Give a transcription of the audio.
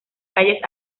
calles